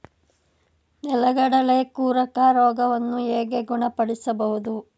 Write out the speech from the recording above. ನೆಲಗಡಲೆ ಕೊರಕ ರೋಗವನ್ನು ಹೇಗೆ ಗುಣಪಡಿಸಬಹುದು?